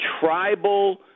tribal